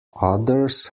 others